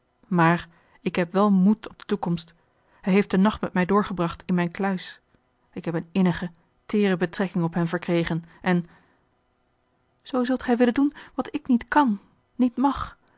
maar ik heb wel moed op de toekomst hij heeft den nacht met mij doorgebracht in mijne kluis ik heb eene innige teêre betrekking op hem verkregen en zoo zult gij willen doen wat ik niet kan niet mag